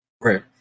Right